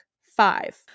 five